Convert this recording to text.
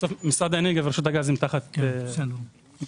בסוף משרד האנרגיה ורשות הגז הם תחת אותו משרד.